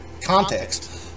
context